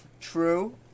True